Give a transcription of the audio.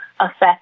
affect